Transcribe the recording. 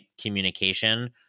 communication